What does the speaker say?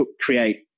create